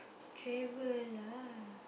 travel lah